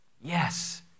Yes